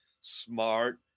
smart